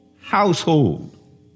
household